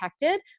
protected